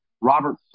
Robert